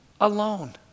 alone